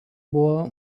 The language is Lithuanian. buvo